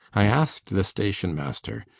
i asked the station-master.